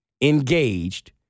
engaged